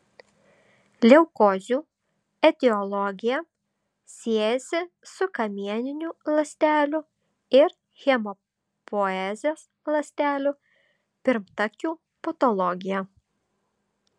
leukozių etiologija siejasi su kamieninių ląstelių ir hemopoezės ląstelių pirmtakių patologija